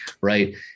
Right